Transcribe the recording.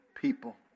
people